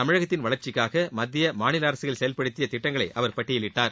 தமிழகத்தின் வளர்ச்சிக்காக மத்திய மாநில அரசுகள் செயல்படுத்திய திட்டங்களை அவர் பட்டியலிட்டார்